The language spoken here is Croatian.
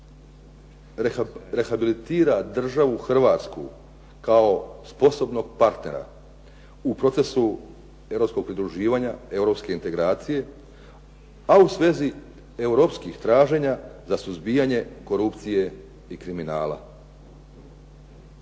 primjeru rehabilitira državu Hrvatsku kao sposobnog partnera u procesu europskog pridruživanja, europske integracije, a u svezi europskih traženja za suzbijanje korupcije i kriminala.